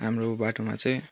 हाम्रो बाटोमा चैँ